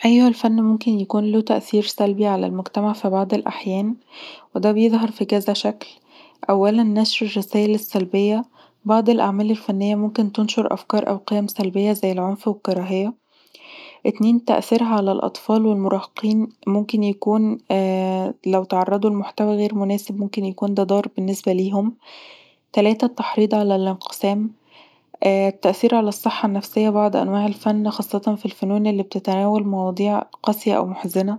أيوهرالفن ممكن يكون له تأثير سلبي علي المجتمع في بعض الأحيان ودا بيظهر في كذا شكل، اولا نشر الرسايل السلبيه بعض الأعمال الفنيه ممكن تنشر افكار او قيم سلبيه زي العنف والكراهية، اتنين تأثيرها علي الأطفال والمراهقين ممكن يكون لو تعرضوا لمحتوي غير مناسب ممكن يكون ده ضار بالنسبه ليهم، تلاته الاحريض علي الانقسام التأثير علي الصحة النفسيه، بعض أنواع الفن خاصة في الفنون اللي بتتناول مواضيع قاسيه او محزنه